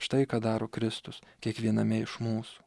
štai ką daro kristus kiekviename iš mūsų